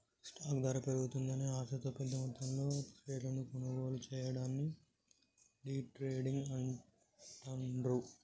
stock ధర పెరుగుతుందనే ఆశతో పెద్దమొత్తంలో షేర్లను కొనుగోలు చెయ్యడాన్ని డే ట్రేడింగ్ అంటాండ్రు